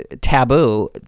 taboo